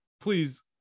please